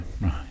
right